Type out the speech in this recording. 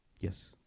Yes